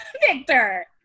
Victor